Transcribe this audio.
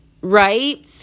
right